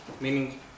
meaning